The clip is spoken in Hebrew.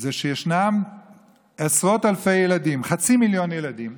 זה שישנם עשרות אלפי ילדים, חצי מיליון ילדים,